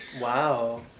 Wow